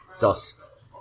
dust